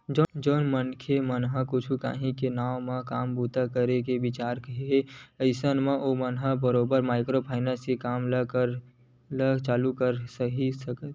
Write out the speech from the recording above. जउन मनखे मन ह कुछ काही नवा काम बूता करे के बिचारत हे अइसन म ओमन ह बरोबर माइक्रो फायनेंस करा के काम ल चालू कर ही लेथे